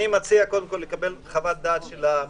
אני מציע שקודם נקבל חוות דעת של מומחים.